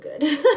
good